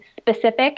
specific